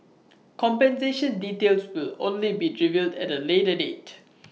compensation details will only be revealed at A later date